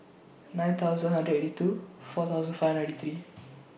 nine thousand hundred eighty two four thousand five hundred ninety three